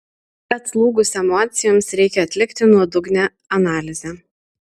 atslūgus emocijoms reikia atlikti nuodugnią analizę